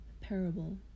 parable